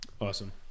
Awesome